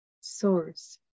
source